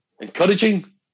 encouraging